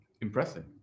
Impressive